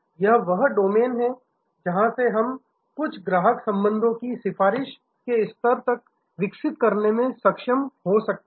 यह वह डोमेन है जहां से हम कुछ ग्राहक संबंधों को सिफारिश के स्तर तक विकसित करने में सक्षम हो सकते हैं